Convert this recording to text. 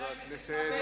חבר הכנסת כבל,